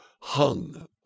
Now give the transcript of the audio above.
hung